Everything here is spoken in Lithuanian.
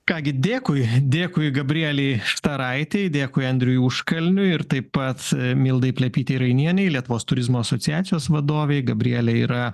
ką gi dėkui dėkui gabrielei štaraitei dėkui andriui užkalniui ir taip pat milda plepytei rainienei lietuvos turizmo asociacijos vadovei gabrielė yra